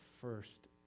first